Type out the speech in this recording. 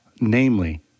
Namely